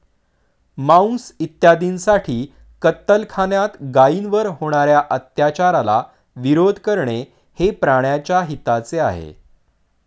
मांस इत्यादींसाठी कत्तलखान्यात गायींवर होणार्या अत्याचाराला विरोध करणे हे प्राण्याच्या हिताचे आहे